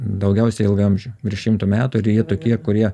daugiausia ilgaamžių virš šimto metų ir jie tokie kurie